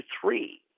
three